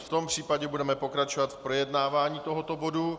V tom případě budeme pokračovat v projednávání tohoto bodu.